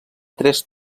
tres